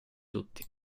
tutti